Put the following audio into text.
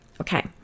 Okay